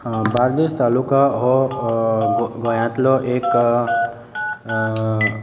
बार्देज तालुका हो गोंयांतलो एक